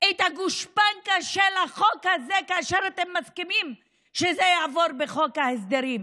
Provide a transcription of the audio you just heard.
גושפנקה לחוק הזה כאשר אתם מסכימים שזה יעבור בחוק ההסדרים?